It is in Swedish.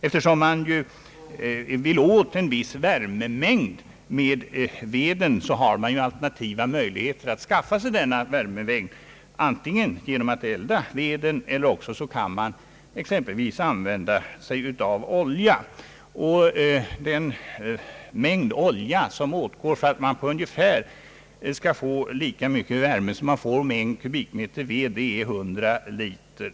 Eftersom man vill uppnå en viss värmemängd av veden, har man alternativa möjligheter att skaffa sig denna värmemängd. Man kan elda med ved eller använda exempelvis olja. Den mängd olja som åtgår för att man skall få ungefär lika mycket värme som man får av en kubikmeter ved är 100 liter.